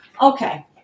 Okay